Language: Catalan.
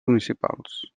municipals